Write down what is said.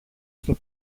στο